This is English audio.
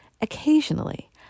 Occasionally